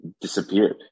disappeared